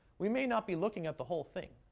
we may not be looking at the whole thing.